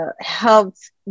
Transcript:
helped